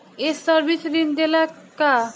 ये सर्विस ऋण देला का?